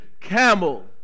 camel